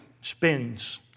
spins